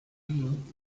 wien